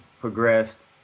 progressed